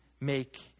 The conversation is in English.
make